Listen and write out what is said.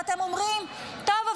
ואתם אומרים: טוב,